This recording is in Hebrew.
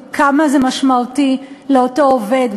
וכמה זה משמעותי לאותו עובד?